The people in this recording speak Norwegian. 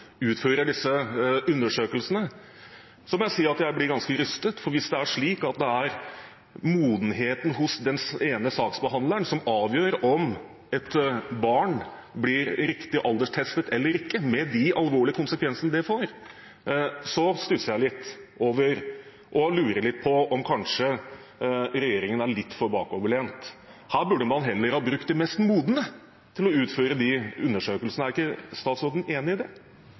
utfører disse undersøkelsene, blir jeg ganske rystet, for hvis det er modenheten hos den ene saksbehandleren som avgjør om et barn blir riktig alderstestet eller ikke, med de alvorlige konsekvensene det får, stusser jeg litt og lurer på om regjeringen kanskje er litt for bakoverlent. Her burde man heller ha brukt de mest modne til å utføre de undersøkelsene. Er ikke statsråden enig i det?